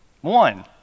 One